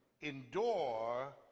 endure